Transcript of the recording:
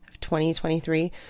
2023